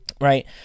right